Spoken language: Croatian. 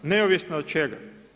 Neovisna od čega?